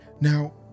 Now